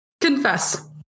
Confess